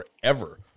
forever